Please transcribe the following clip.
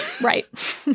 Right